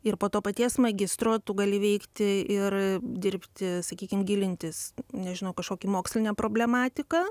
ir po to paties magistro tu gali veikti ir dirbti sakykim gilintis nežinau kažkokį mokslinę problematiką